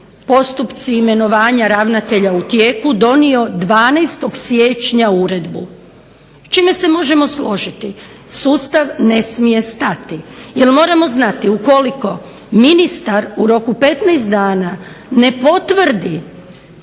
postupci i imenovanja ravnatelja u tijeku, donio 12. siječnja Uredbu. S čime se možemo složiti, sustav ne smije stati. Jer moramo znati da ukoliko ministar u roku 15 dana ne potvrdi